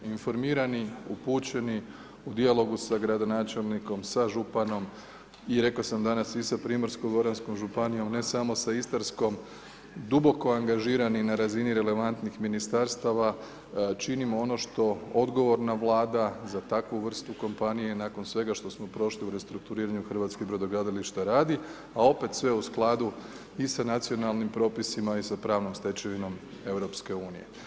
Informirani, upućeni, u dijalogu sa gradonačelnikom sa županom i rekao sam danas i sa Primorsko-goranskom županijom ne samo sa Istarskom, duboko angažirani na razini relevantnih ministarstava činimo ono što odgovorna Vlada za takvu vrstu kompanije nakon svega što smo prošli u restrukturiranju hrvatskih brodogradilišta radi, a opet sve u skladu i sa nacionalnim propisima i sa pravnom stečevinom EU.